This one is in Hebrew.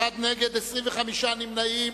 אחד נגד, 23 נמנעים.